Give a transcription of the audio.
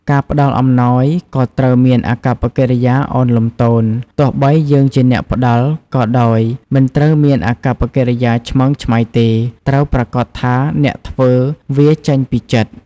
ការផ្តល់អំណោយក៏ត្រូវមានអាកប្បកិរិយាឳនលំទោន ទោះបីយើងជាអ្នកផ្តល់ក៏ដោយមិនត្រូវមានអាកប្បកិរិយាឆ្មើងឆ្មៃទេ ត្រូវប្រាកដថាអ្នកធ្វើវាចេញពីចិត្ត។